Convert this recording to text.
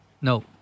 No